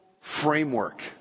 framework